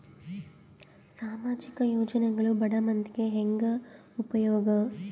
ಸಾಮಾಜಿಕ ಯೋಜನೆಗಳು ಬಡ ಮಂದಿಗೆ ಹೆಂಗ್ ಉಪಯೋಗ?